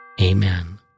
Amen